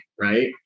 right